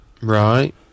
Right